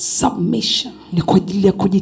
submission